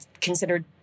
considered